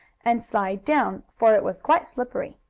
and slide down, for it was quite slippery.